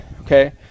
okay